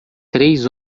três